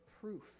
proof